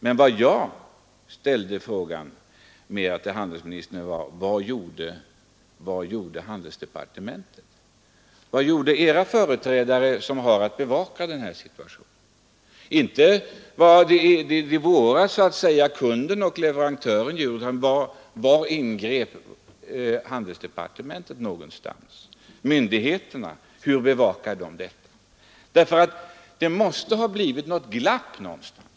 Men vad jag egentligen frågade handelsministern var: Vad gjorde handelsdepartementet? Vad gjorde era företrädare som har att bevaka den här situationen? Det gällde inte vad låt mig säga de våra — kunden och leverantören — gjorde, utan frågan gällde var handelsdepartementet ingrep någonstans. Hur bevakade myndigheterna detta? Det måste ju ha blivit ett glapp på något ställe.